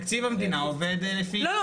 תקציב המדינה עובד לפי -- לא,